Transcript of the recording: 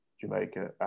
jamaica